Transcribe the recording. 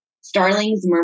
Starlings